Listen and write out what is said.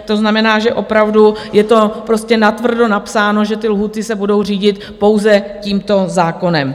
To znamená, že opravdu je to prostě natvrdo napsáno, že lhůty se budou řídit pouze tímto zákonem.